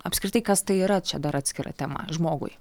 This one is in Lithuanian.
apskritai kas tai yra čia dar atskira tema žmogui